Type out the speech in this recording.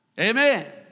Amen